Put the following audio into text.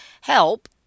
help